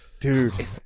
Dude